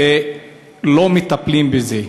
ולא מטפלים בזה.